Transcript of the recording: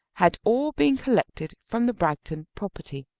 had all been collected from the bragton property.